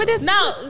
No